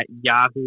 yahoo